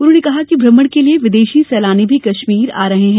उन्होंने कहा कि भ्रमण के लिए विदेशी सैलानी भी कश्मीर आ रहे हैं